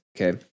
Okay